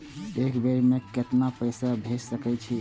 एक बेर में केतना पैसा भेज सके छी?